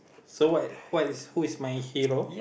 so what what is who is my hero